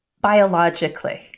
biologically